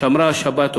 שמרה את השבת אותם,